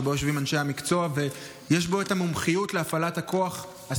שבו יושבים אנשי המקצוע ויש בו את המומחיות להפעלת הכוח,